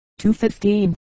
215